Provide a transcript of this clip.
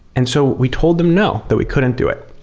and so we told them no, that we couldn't do it.